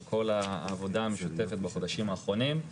כל העבודה המשותפת בחודשים האחרונים,